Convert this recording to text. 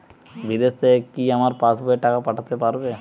বিদেশ থেকে কি আমার পাশবইয়ে টাকা পাঠাতে পারবে?